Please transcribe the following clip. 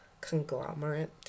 conglomerate